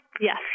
Yes